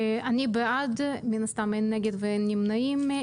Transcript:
אני בעד, מן הסתם אין נגד ואין נמנעים.